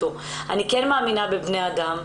אני מאמינה בבני אדם.